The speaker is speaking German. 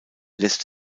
lässt